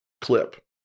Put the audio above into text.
clip